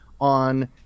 on